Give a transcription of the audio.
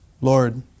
Lord